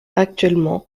actuellement